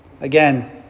Again